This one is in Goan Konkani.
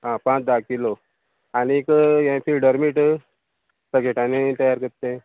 आं पांच धा किलो आनीक हें फिल्डर मीट पेकेटांनी तयार करता तें